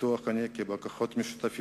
בטוח אני כי בכוחות משותפים